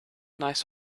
nice